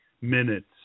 minutes